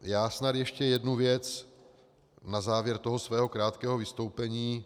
Já snad ještě jednu věc na závěr svého krátkého vystoupení.